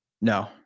No